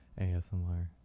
ASMR